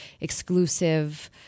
exclusive